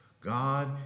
God